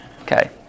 Okay